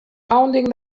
pounding